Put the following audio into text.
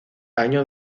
año